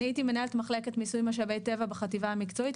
אני הייתי מנהלת מחלקת מיסוי משאבי טבע בחטיבה המקצועית,